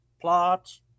plots